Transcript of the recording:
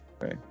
Right